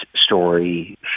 story